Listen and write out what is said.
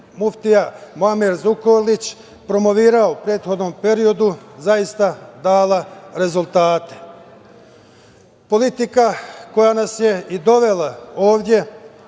muftija Muamer Zukorlić promovisao u prethodnom periodu, zaista dala rezultate. Politika koja nas je i dovela ovde